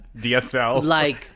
DSL